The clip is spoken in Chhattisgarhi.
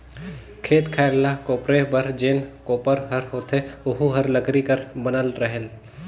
खेत खायर ल कोपरे बर जेन कोपर हर होथे ओहू हर लकरी कर बनल रहेल